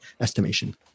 estimation